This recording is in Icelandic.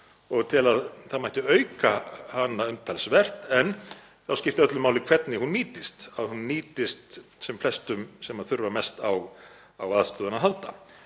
og tel að það mætti auka hana umtalsvert. En þá skiptir öllu máli hvernig hún nýtist, að hún nýtist sem flestum sem þurfa mest á aðstoð að halda.